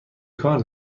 کار